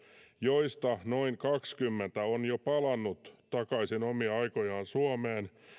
joista noin kaksikymmentä on jo palannut takaisin omia aikojaan suomeen